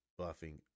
buffing